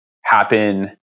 happen